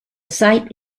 site